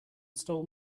stole